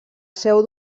seu